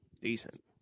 Decent